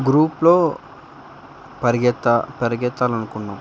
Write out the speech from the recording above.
గ్రూప్లో పరిగెత్తి పరిగెత్తాలి అనుకున్నాము